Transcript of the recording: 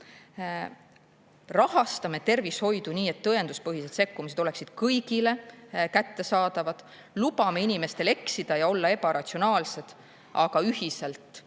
rahastame tervishoidu nii, et tõenduspõhised sekkumised oleksid kõigile kättesaadavad; lubame inimestel eksida ja olla ebaratsionaalsed, aga ühiselt